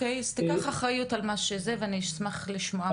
אז תיקח אחריות על מה שכן, ואני אשמח לשמוע.